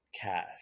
cash